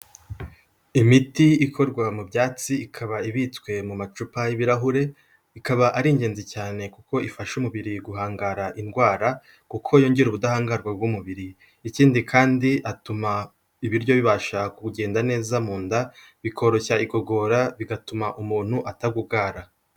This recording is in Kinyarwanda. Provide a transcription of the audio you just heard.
Imiti ikorwa mu byatsi ikaba ibitswe mu macupa y'ibirahure, ikaba ari ingenzi cyane kuko ifasha umubiri guhangara indwara kuko yongera ubudahangarwa bw'umubiri, ikindi kandi atuma ibiryo bibasha kugenda neza mu nda, bikoroshya igogora, bigatuma umuntu atagugara.